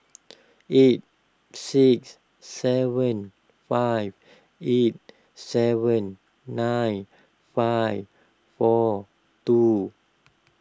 eight six seven five eight seven nine five four two